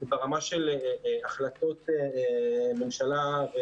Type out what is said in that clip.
וברמה של החלטות ממשלה.